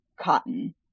cotton